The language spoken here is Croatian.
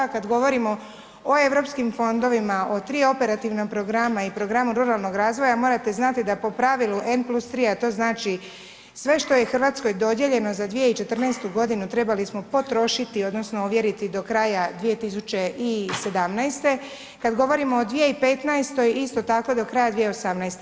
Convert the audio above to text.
Kada govorimo o europskim fondovima, o 3 operativna programa i programa ruralnog razvoja, morate znati, da po pravilu N+3 a to znači sve što je Hrvatskoj dodijeljeno za 2014. g. trebali smo potrošiti, odnosno, ovjeriti do kraja 2017. kada govorimo o 2015. isto tako do kraja 2018.